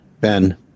Ben